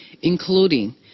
including